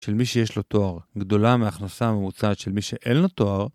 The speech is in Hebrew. של מי שיש לו תואר גדולה מהכנסה הממוצעת של מי שאין לו תואר